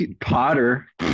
Potter